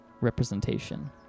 representation